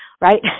right